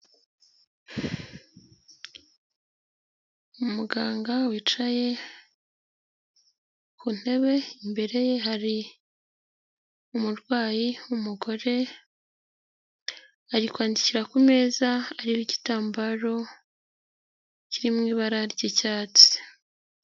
Umuganga wicaye ku ntebe imbere ye hari umurwayi w'umugore ari kwandikira ku meza ariho igitambaro kiri mu ibara ry'icyatsi.